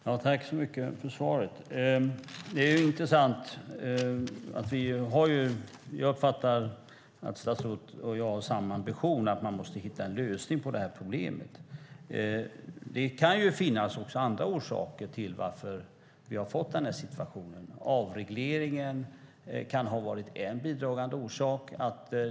Herr talman! Tack, statsrådet, för svaret! Jag uppfattar att statsrådet och jag har samma ambition, nämligen att hitta en lösning på det här problemet. Det kan finnas också andra orsaker till att vi har fått den här situationen - avregleringen kan ha varit en bidragande orsak.